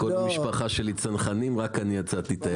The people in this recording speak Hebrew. כל המשפחה שלי צנחנים רק אני יצאתי טייס.